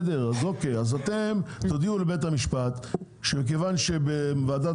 לכן תודיעו לבית המשפט שמכיוון שבוועדת